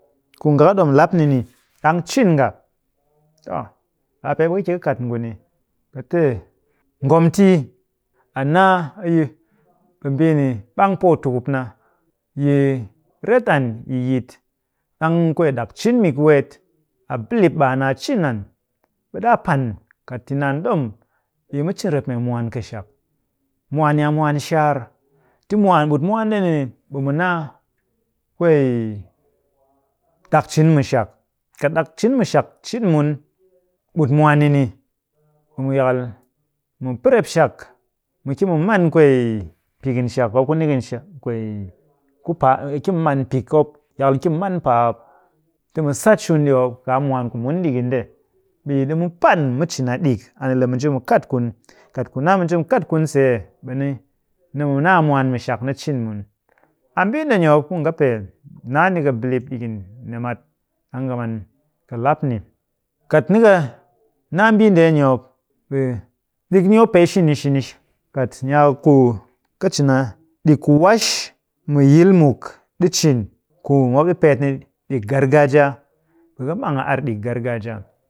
Ku nga kɨ ɗom lap ni ni, ɗang cin nga toh, a pee ɓe ka ki ka kat nguni ka te ngomtii, a naa yi ɓe mbii ni ɓang pooyukup na. Yi ret an yi yit, ɗang kwee ɗak cin mik weet, a bilip ɓe a naa cin an. ɓe ɗaa pan kat yi naan ɗom, ɓe yi mu cin rep mee mwaan kɨshak. Mwaan ni a mwaan shaar. Ti mwaan, ɓut mwaan ndeni ɓe mu naa kwee ɗak cin mu shak. Kat ɗak cin mu shak cin mun ɓut mwaan ni ni, ɓe mu yakal mu pɨrep shak. Mu ki mu man kwee pikin shak mop ku nikin shak kwee ku pa, mu ki mu man pik mop. Yakal mu ki mu man paa mop. Ti mu sat shun ɗi mop kaa mwaan ku mun ɗikin nde. ɓe yi ɗimu pan mu cin a ɗik, a ni le mu nji mu kat kun. Kat ku naa mu nji mu kat kun see ɓe ni, nimu naa a mwaan mu shak ni cin mun. A mbii ndeni mop ku nga pee naa ni ka bilip ɗikin nɨmat ɗang ka man kɨ lap ni. Kat nɨka naa mbii ndeni mop, ɓe ɗik ni mop pee shini shini. Kat ni a ku ka cin a ɗik ku wash mu ɗi cin ku mop ɗi peet ni ɗik gargajiya, ɓe ka mang a ar ɗik gargajiya.